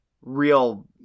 real